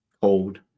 cold